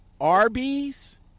Arby's